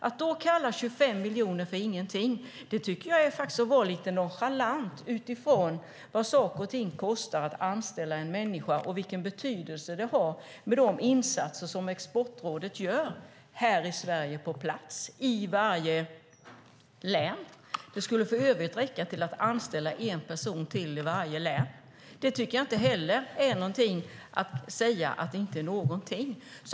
Att då kalla 25 miljoner ingenting tycker jag är att vara lite nonchalant, utifrån vad det kostar att anställa en människa och vilken betydelse de insatser har som Exportrådet gör här i Sverige på plats i varje län. Det skulle för övrigt räcka till att anställa en person till i varje län. Det tycker jag inte heller att man kan säga är ingenting.